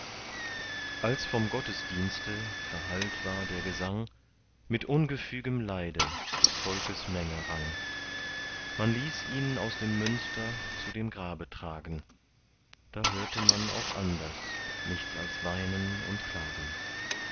als vom gottesdienste verhallt war der gesang mit ungefügem leide des volkes menge rang man ließ ihn aus dem münster zu dem grabe tragen da hörte man auch anders nichts als weinen und klagen